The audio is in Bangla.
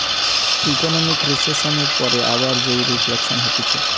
ইকোনোমিক রিসেসনের পরে আবার যেই রিফ্লেকশান হতিছে